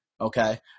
Okay